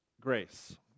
Grace